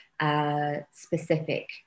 specific